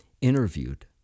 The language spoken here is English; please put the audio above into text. interviewed